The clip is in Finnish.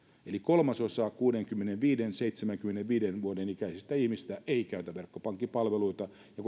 eli kolmasosa kuudenkymmenenviiden viiva seitsemänkymmenenviiden vuoden ikäisistä ihmisistä ei käytä verkkopankkipalveluita ja